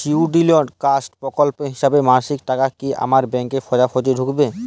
Scheduled caste প্রকল্পের হিসেবে মাসিক টাকা কি আমার ব্যাংকে সোজাসুজি ঢুকবে?